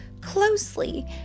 closely